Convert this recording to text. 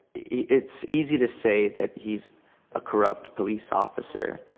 it's easy to say that he's a corrupt police officer,